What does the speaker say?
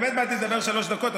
אני באמת באתי לדבר שלוש דקות,